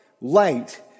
light